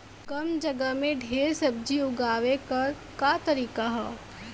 कम जगह में ढेर सब्जी उगावे क का तरीका ह?